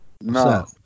No